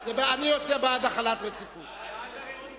זה בעד החלת דין רציפות.